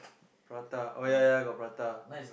prata oh ya ya got prata